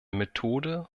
methode